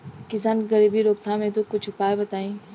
किसान के गरीबी रोकथाम हेतु कुछ उपाय बताई?